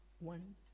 one